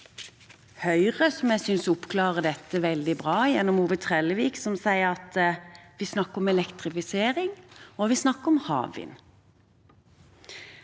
synes oppklarer dette veldig bra gjennom Ove Trellevik – som sier at vi snakker om elektrifisering, og vi